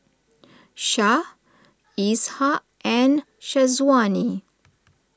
Syah Ishak and Syazwani